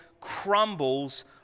crumbles